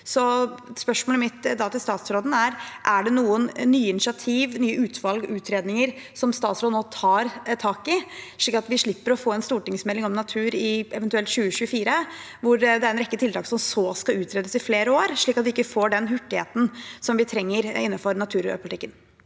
Spørsmålet mitt til statsråden er: Er det noen nye initiativ, utvalg eller utredninger som statsråden nå tar tak i, slik at vi eventuelt i 2024 slipper å få en stortingsmelding om natur hvor det er en rekke tiltak som så skal utredes i flere år, slik at vi ikke får den hurtigheten som vi trenger innenfor naturpolitikken?